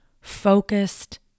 focused